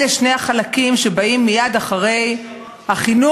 אלה שני החלקים שבאים מייד אחרי החינוך,